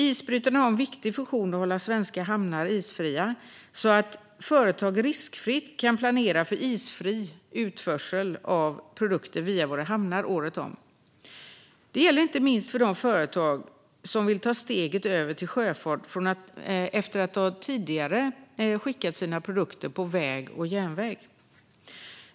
Isbrytarna har en viktig funktion att hålla svenska hamnar isfria, så att företag riskfritt kan planera för isfri utförsel av produkter via våra hamnar året om. Det gäller inte minst för de företag som vill ta steget över till sjöfart efter att tidigare ha skickat sina produkter på väg och järnväg.